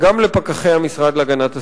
גם לפקחי המשרד להגנת הסביבה.